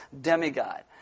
demigod